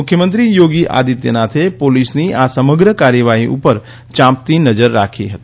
મુખ્યમંત્રી થોગી આદિત્યનાથે પોલીસની આ સમગ્ર કાર્યવાહી ઉપર ચાંપતી નજર રાખી હતી